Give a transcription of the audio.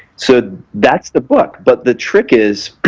so that's the book, but the trick is,